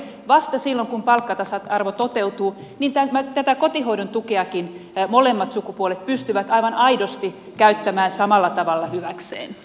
vasta silloin kun palkkatasa arvo toteutuu niin tätä kotihoidon tukeakin molemmat sukupuolet pystyvät aivan aidosti käyttämään samalla tavalla hyväkseen